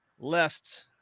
left